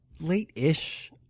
late-ish